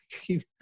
keep